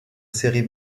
série